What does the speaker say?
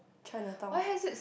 Chinatown